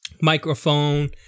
microphone